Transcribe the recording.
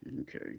Okay